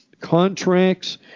contracts